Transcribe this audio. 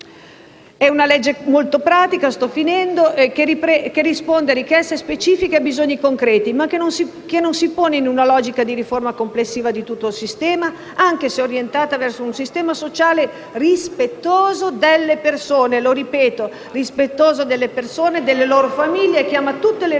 di una legge molto pratica, che risponde a richieste specifiche e a bisogni concreti, ma che non si pone in una logica di riforma complessiva di tutto il sistema, anche se è orientata verso un sistema sociale rispettoso delle persone - voglio sottolineare questo